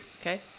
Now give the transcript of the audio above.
Okay